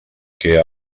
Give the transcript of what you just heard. que